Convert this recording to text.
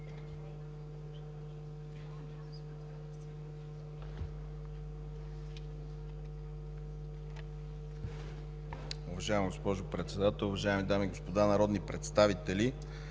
Уважаеми господин Председател, уважаеми дами и господа народни представители!